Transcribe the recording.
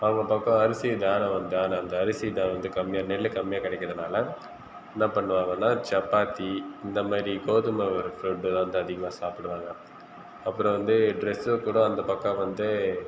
அவங்க பக்கம் அரிசி தானம் தானம் அந்த அரிசி தானியம் வந்து கம்மியாக நெல்லு கம்மியாக கிடைக்கிறதுனால என்ன பண்ணுவாங்கன்னா சப்பாத்தி இந்தமாதிரி கோதுமை ஃபுட்டு தான் வந்து அதிகமாக சாப்பிடுவாங்க அப்புறம் வந்து டிரெஸ்ஸு கூட அந்த பக்கம் வந்து